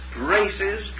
races